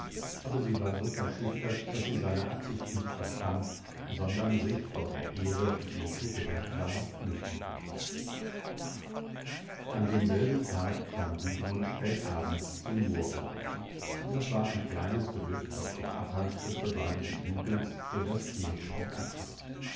aber sie war so verschüchtert daß sie seine absicht nicht verstand sondern sich vor der ehre die ihr zugedacht war flüchtete an demselben tag kam gudmund spät abends zum moorhof das war ein kleines gehöft auf dem abhang des bewaldeten hügels der das kirchspiel abschloß